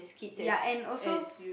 ya and also